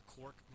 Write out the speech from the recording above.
Cork